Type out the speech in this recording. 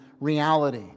reality